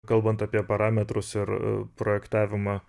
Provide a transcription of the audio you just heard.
kalbant apie parametrus ir projektavimą